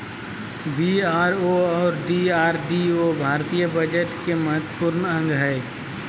BRO और DRDO भारतीय budget के महत्वपूर्ण अंग हय